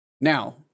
Now